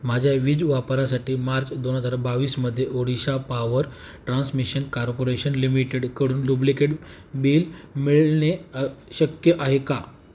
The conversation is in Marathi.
माझ्या वीज वापरासाठी मार्च दोन हजार बावीसमध्ये ओडिशा पावर ट्रान्समिशन कार्पोरेशन लिमिटेडकडून डुप्लिकेट बिल मिळणे शक्य आहे का